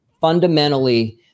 fundamentally